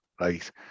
right